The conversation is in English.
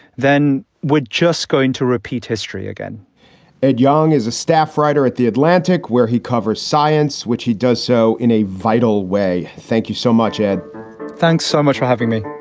then we're just going to repeat history again ed young is a staff writer at the atlantic, where he covers science, which he does so in a vital way. thank you so much, ed thanks so much for having me